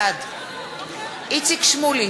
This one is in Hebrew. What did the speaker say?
בעד איציק שמולי,